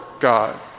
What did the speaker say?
God